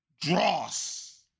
dross